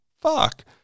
Fuck